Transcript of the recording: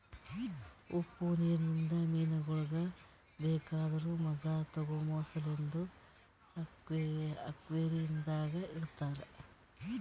ಉಪ್ಪು ನೀರಿಂದ ಮೀನಗೊಳಿಗ್ ಬೇಕಾದುರ್ ಮಜಾ ತೋಗೋಮ ಸಲೆಂದ್ ಅಕ್ವೇರಿಯಂದಾಗ್ ಇಡತಾರ್